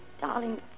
Darling